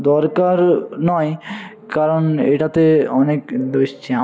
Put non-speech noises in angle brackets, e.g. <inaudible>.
দরকার নয় কারণ এটাতে অনেক <unintelligible>